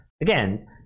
Again